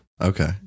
Okay